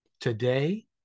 today